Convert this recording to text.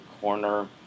corner